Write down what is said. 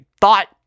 thought